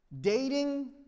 Dating